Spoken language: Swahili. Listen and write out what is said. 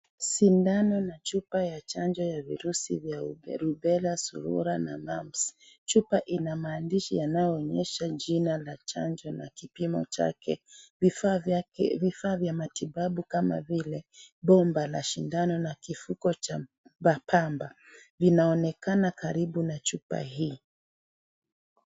Sindano na chupa ya chanjo ya virusi vya rubela, surura na mumps. Chupa lina maandishi yanayoonyesha jina la chanjo na kipimo chake. Vifaa vya matibabu kama vile bomba la sindano na kifuko cha pamba vinaonekana karibu na chupa hii.